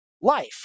life